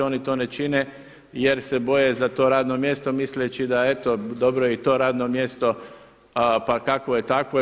Oni to ne čine jer se boje za to radno mjesto misleći da eto, dobro je i to radno mjesto pa kakvo je, takvo je.